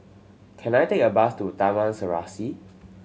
can I take a bus to Taman Serasi